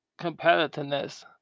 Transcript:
competitiveness